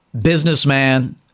businessman